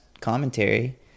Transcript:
commentary